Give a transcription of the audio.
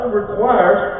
requires